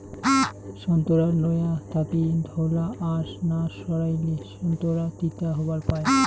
সোন্তোরার নোয়া থাকি ধওলা আশ না সারাইলে সোন্তোরা তিতা হবার পায়